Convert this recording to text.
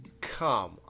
Come